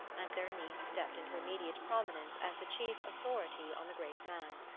and their niece stepped into immediate prominence as the chief authority on the great man.